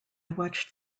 watched